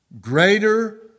greater